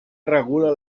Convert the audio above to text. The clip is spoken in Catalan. regula